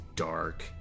dark